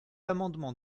amendement